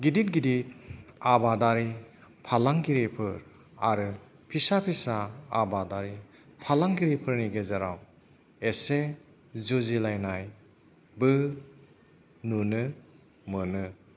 गिदिर गिदिर आबादारि फालांगिरिफोर आरो फिसा फिसा आबादारि फालांगिरिफोरनि गेजेराव एसे जुजिलायनायबो नुनो मोनो